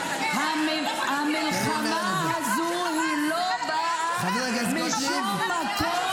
רגע, החמאס זה לא חלק מהעם שלך?